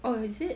oh is it